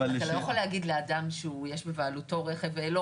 אתה לא יכול להגיד לאדם שיש בבעלותו רכב 'לא,